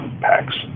packs